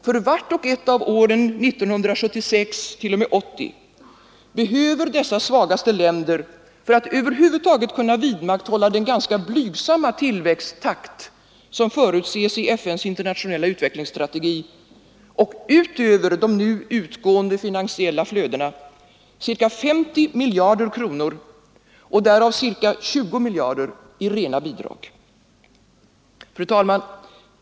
För vart och ett av åren 1976—1980 behöver dessa de svagaste länderna, för att över huvud taget kunna vidmakthålla den ganska blygsamma tillväxttakt som förutses i FN:s internationella utvecklingsstrategi och utöver de nu utgående finansiella flödena, ca 50 miljarder kronor och därav ca 20 miljarder i rena bidrag. Fru talman!